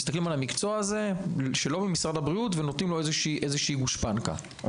שמסתכלים על המקצוע הזה ונותנים לו איזושהי גושפנקה.